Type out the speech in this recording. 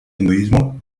hinduismo